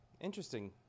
Interesting